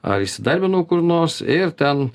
ar įsidarbinau kur nors ir ten